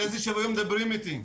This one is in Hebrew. על איזה שיווין מדברים איתי?